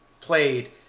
played